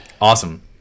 Awesome